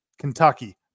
Kentucky